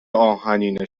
آهنین